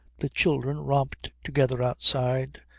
the children romped together outside,